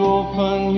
open